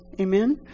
Amen